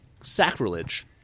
sacrilege